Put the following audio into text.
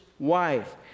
Wife